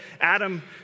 Adam